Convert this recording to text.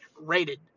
rated